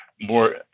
more